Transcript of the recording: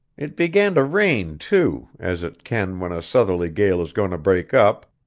it began to rain, too, as it can when a southerly gale is going to break up,